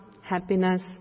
happiness